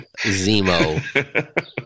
Zemo